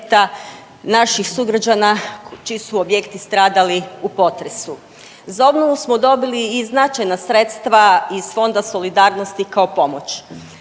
naših sugrađana čiji su objekti stradali u potresu. Za obnovu smo dobili i značajna sredstva iz Fonda solidarnosti kao pomoć.